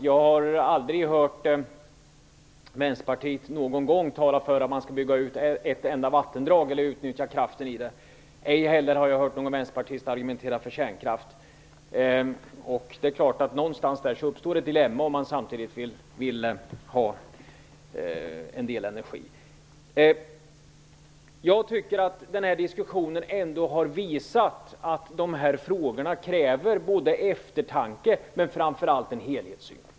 Jag har aldrig hört Vänsterpartiet någon gång tala för att man skall bygga ut ett enda vattendrag eller utnyttja kraften i det. Ej heller har jag hört någon vänsterpartist argumentera för kärnkraft. Någonstans där uppstår ett dilemma om man samtidigt vill ha energi. Jag tycker att den här diskussionen ändå har visat att de här frågorna kräver både eftertanke och framför allt en helhetssyn.